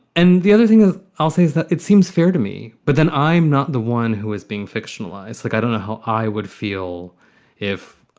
and the other thing i'll say is that it seems fair to me. but then i'm not the one who is being fictionalized like, i don't know how i would feel if.